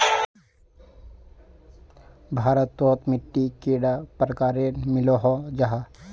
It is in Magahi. भारत तोत मिट्टी कैडा प्रकारेर मिलोहो जाहा?